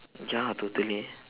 ya totally